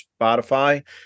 Spotify